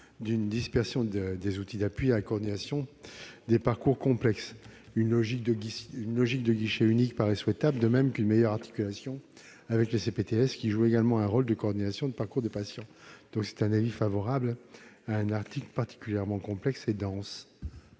d'une dispersion des outils d'appui à la coordination des parcours complexes. Une logique de guichet unique paraît souhaitable, de même qu'une meilleure articulation avec les CPTS, qui jouent également un rôle de coordination de parcours du patient. C'est la raison pour laquelle la commission émet un